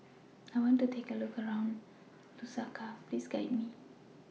I want to Have A Look around Lusaka Please Guide Me